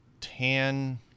tan